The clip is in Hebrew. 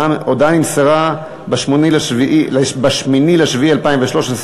ההודעה נמסרה ב-8 ביולי 2013: